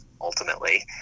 ultimately